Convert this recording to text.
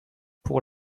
pour